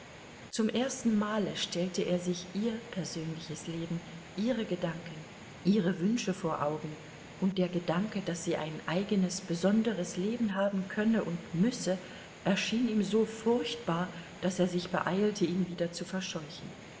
zum ersten male stellte er sich ihr persönliches leben ihre gedanken ihre wünsche vor augen und der gedanke daß sie ein eigenes besonderes leben haben könne und müsse erschien ihm so furchtbar daß er sich beeilte ihn wieder zu verscheuchen